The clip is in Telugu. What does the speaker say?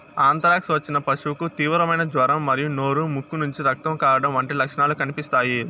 ఆంత్రాక్స్ వచ్చిన పశువుకు తీవ్రమైన జ్వరం మరియు నోరు, ముక్కు నుంచి రక్తం కారడం వంటి లక్షణాలు కనిపిస్తాయి